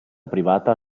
privata